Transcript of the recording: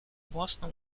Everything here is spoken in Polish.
własną